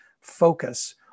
focus